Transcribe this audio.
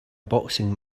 boxing